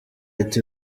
ati